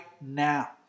now